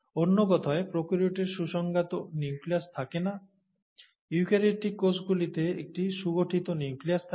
অন্য কথায় প্রোক্যারিওটের সুসংজ্ঞাত নিউক্লিয়াস থাকে না ইউক্যারিওটিক কোষগুলিতে একটি সুগঠিত নিউক্লিয়াস থাকে